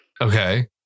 okay